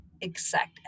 exact